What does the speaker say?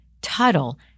Tuttle